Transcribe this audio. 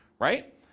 Right